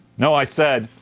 no, i said.